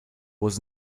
was